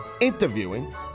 interviewing